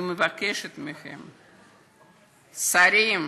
אני מבקשכם מכם, שרים,